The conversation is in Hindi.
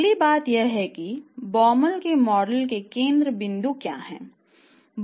अगली बात यह है कि Baumol के मॉडल का केंद्र बिंदु क्या है